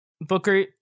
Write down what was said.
Booker